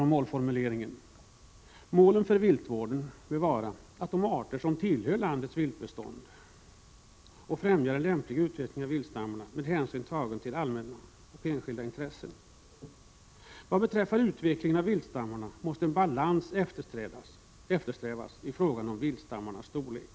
Målen för viltvården bör vara att bevara de arter som tillhör landets viltbestånd och främja en lämplig utveckling av viltstammarna med hänsyn tagen till allmänna och enskilda intressen. Vad beträffar utvecklingen av viltstammarna måste en balans eftersträvas i fråga om stammarnas storlek.